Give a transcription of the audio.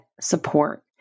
support